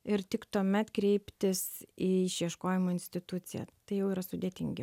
ir tik tuomet kreiptis į išieškojimo instituciją tai jau yra sudėtingi